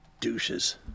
Douches